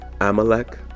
Amalek